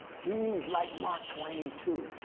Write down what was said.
he's like mark twain too.